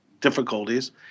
difficulties